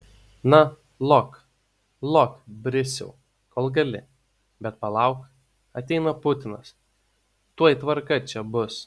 na lok lok brisiau kol gali bet palauk ateina putinas tuoj tvarka čia bus